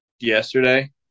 yesterday